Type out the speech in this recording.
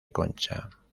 concha